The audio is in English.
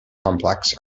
complex